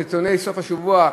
בעיתוני סוף-השבוע,